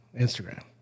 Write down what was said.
Instagram